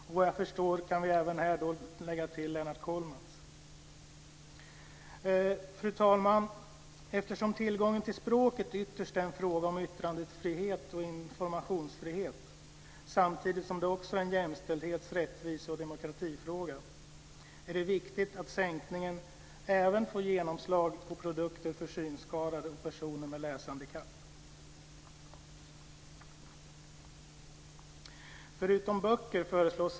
Såvitt jag förstår kan vi även här lägga till Lennart Fru talman! Eftersom tillgången till språket ytterst är en fråga om yttrandefrihet och informationsfrihet, samtidigt som det också är en jämställdhets-, rättviseoch demokratifråga, är det viktigt att sänkningen även får genomslag på produkter för synskadade och personer med läshandikapp.